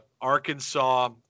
Arkansas